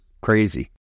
crazy